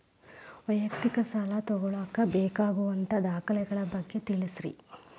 ವೈಯಕ್ತಿಕ ಸಾಲ ತಗೋಳಾಕ ಬೇಕಾಗುವಂಥ ದಾಖಲೆಗಳ ಬಗ್ಗೆ ತಿಳಸ್ರಿ